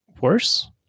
worse